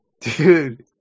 Dude